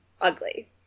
ugly